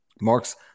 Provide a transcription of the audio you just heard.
Mark's